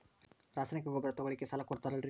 ರಾಸಾಯನಿಕ ಗೊಬ್ಬರ ತಗೊಳ್ಳಿಕ್ಕೆ ಸಾಲ ಕೊಡ್ತೇರಲ್ರೇ?